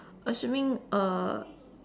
assuming uh